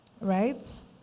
right